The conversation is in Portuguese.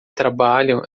trabalham